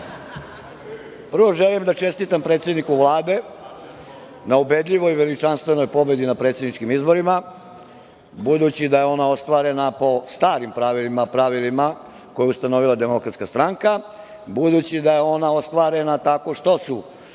ta. Prvo želim da čestitam predsedniku Vlade na ubedljivoj i veličanstvenoj pobedi na predsedničkim izborima. Budući da je ona ostvarena po starim pravilima, pravilima koje je ustanovila DS, budući da je ona ostvarena tako što su